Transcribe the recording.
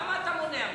למה אתה מונע מאתנו?